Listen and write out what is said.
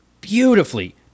beautifully